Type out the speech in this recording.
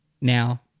Now